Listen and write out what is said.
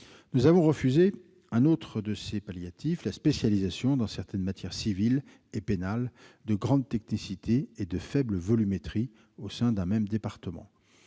Nous avons refusé un autre de ces palliatifs : la spécialisation, dans certaines matières civiles et pénales de grande technicité et de faible volumétrie, au sein d'un même département.